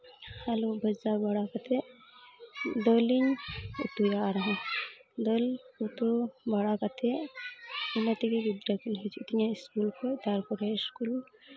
ᱟᱹᱞᱩ ᱵᱷᱟᱡᱟ ᱵᱟᱲᱟ ᱠᱟᱛᱮᱫ ᱫᱟᱹᱞ ᱤᱧ ᱩᱛᱩᱭᱟ ᱟᱨᱦᱚᱸ ᱫᱟᱹᱞ ᱩᱛᱩ ᱵᱟᱲᱟ ᱠᱟᱛᱮᱫ ᱤᱱᱟᱹ ᱛᱮᱜᱮ ᱜᱤᱫᱽᱨᱟᱹ ᱠᱤᱱ ᱦᱟᱹᱡᱩᱜ ᱛᱤᱧᱟᱹ ᱥᱠᱩᱞ ᱠᱷᱚᱡ ᱛᱟᱨᱯᱚᱨᱮ ᱥᱠᱩᱞ